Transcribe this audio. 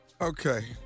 Okay